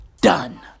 Done